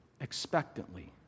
expectantly